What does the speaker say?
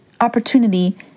opportunity